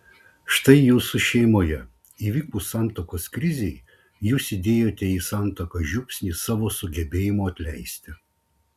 štai jūsų šeimoje įvykus santuokos krizei jūs įdėjote į santuoką žiupsnį savo sugebėjimo atleisti